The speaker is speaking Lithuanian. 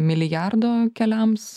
milijardo keliams